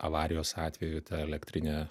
avarijos atveju ta elektrinė